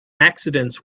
accidents